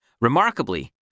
Remarkably